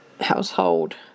household